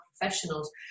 professionals